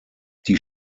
die